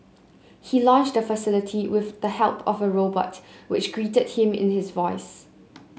he launched the facility with the help of a robot which greeted him in his voice